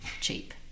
cheap